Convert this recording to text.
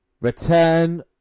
Return